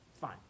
fine